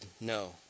no